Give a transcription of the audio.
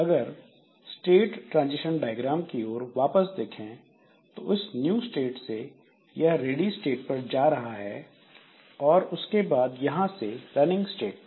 अगर state transition diagram की ओर वापस देखें तो इस न्यू स्टेट से यह रेडि स्टेट पर जा रहा है और उसके बाद यहां से रनिंग स्टेट पर